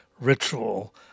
ritual